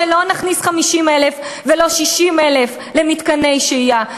הרי לא נכניס 50,000 ולא 60,000 למתקני שהייה.